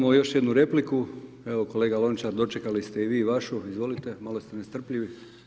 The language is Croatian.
Imamo još jednu repliku, evo kolega Lončar, dočekali ste i vi vašu, izvolite, malo ste nestrpljivi.